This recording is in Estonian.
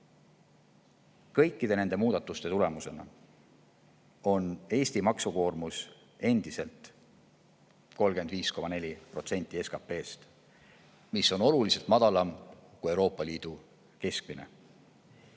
Kõikide nende muudatuste tulemusena on Eesti maksukoormus endiselt 35,4% SKP-st, mis on oluliselt madalam kui Euroopa Liidu keskmine.